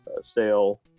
sale